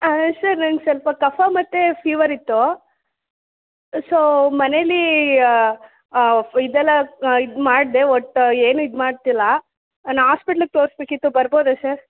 ಹಾಂ ಸರ್ ನಂಗೆ ಸ್ವಲ್ಪ ಕಫ ಮತ್ತು ಫೀವರ್ ಇತ್ತು ಸೋ ಮನೇಲ್ಲಿ ಇದೆಲ್ಲ ಇದು ಮಾಡಿದೆ ಒಟ್ಟು ಏನು ಇದು ಮಾಡ್ತಿಲ್ಲ ನಾ ಆಸ್ಪಿಟ್ಲ್ಗೆ ತೋರಿಸ್ಬೇಕಿತ್ತು ಬರ್ಬೋದಾ ಸರ್